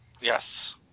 Yes